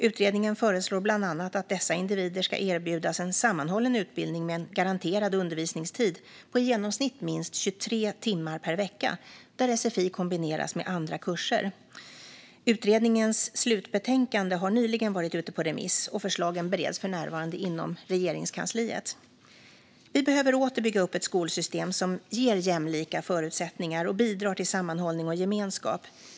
Utredningen föreslår bland annat att dessa individer ska erbjudas en sammanhållen utbildning med en garanterad undervisningstid på i genomsnitt minst 23 timmar per vecka där sfi kombineras med andra kurser. Utredningens slutbetänkande har nyligen varit ute på remiss, och förslagen bereds för närvarande inom Regeringskansliet. Vi behöver åter bygga upp ett skolsystem som ger jämlika förutsättningar och bidrar till sammanhållning och gemenskap.